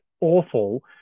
awful